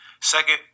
Second